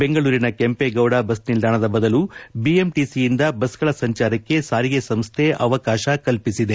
ಬೆಂಗಳೂರಿನ ಕೆಂಪೇಗೌಡ ಬಸ್ನಿಲ್ದಾಣದ ಬದಲು ಬಿಎಂಟಿಸಿಯಿಂದ ಬಸ್ಗಳ ಸಂಚಾರಕ್ಕೆ ಸಾರಿಗೆ ಸಂಸ್ಟೆ ಅವಕಾಶ ಕಲ್ಪಿಸಿದೆ